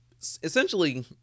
essentially